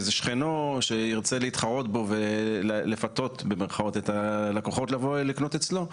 שכנו שירצה להתחרות בו ולפתות במירכאות את הלקוחות לקנות אצלו,